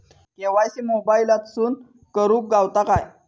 KYC मोबाईलातसून करुक गावता काय?